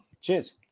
Cheers